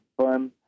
fun